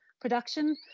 production